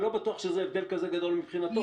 אני לא בטוח שזה הבדל כזה גדול מבחינתו.